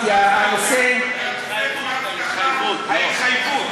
ההתחייבות, ההתחייבות.